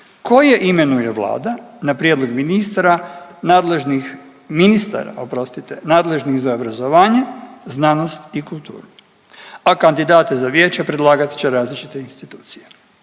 ministara oprostite nadležnih za obrazovanje, znanost i kulturu, a kandidate za vijeće predlagat će različite institucije.